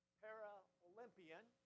para-Olympian